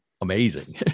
amazing